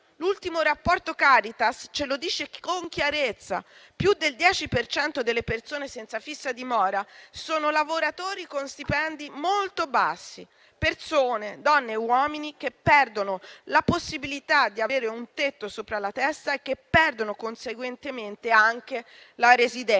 L'ultimo rapporto Caritas ce lo dice con chiarezza: più del 10 per cento delle persone senza fissa dimora sono lavoratori con stipendi molto bassi, persone, donne e uomini che perdono la possibilità di avere un tetto sopra la testa e conseguentemente anche la residenza.